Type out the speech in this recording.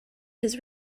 his